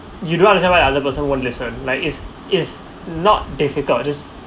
you don't understand why other person won't listen like it's it's not difficult just